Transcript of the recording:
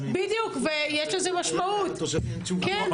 בדיוק, ויש לזה משמעות, כן.